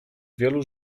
wielu